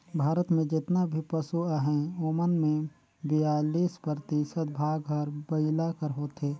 भारत में जेतना भी पसु अहें ओमन में बियालीस परतिसत भाग हर बइला कर होथे